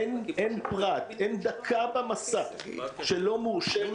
אין דקה במסע שלא מאושרת